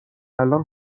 الان